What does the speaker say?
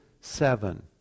Seven